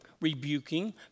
rebuking